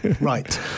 right